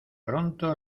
pronto